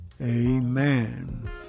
Amen